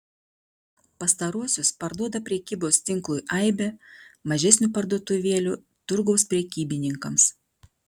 pastaruosius parduoda prekybos tinklui aibė mažesnių parduotuvėlių turgaus prekybininkams